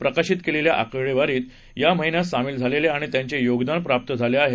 प्रकाशित केलेल्या आकडेवारीत या महिन्यात सामील झालेल्या आणि ज्यांचे योगदान प्राप्त झाले आहे